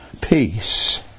Peace